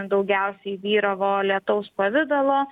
daugiausiai vyravo lietaus pavidalo